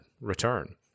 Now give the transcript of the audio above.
return